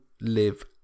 live